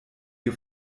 ihr